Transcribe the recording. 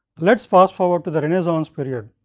let's fast forward to the renaissance period,